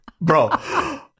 Bro